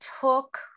took